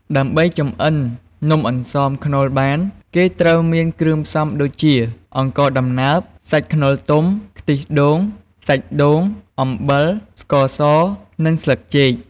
ដើម្បីចម្អិននំអន្សមខ្នុរបានគេត្រូវមានគ្រឿងផ្សំដូចជា អង្ករដំណើប សាច់ខ្នុរទុំ ខ្ទិះដូង សាច់ដូង អំបិល ស្ករសនិងស្លឹកចេក។